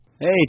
Hey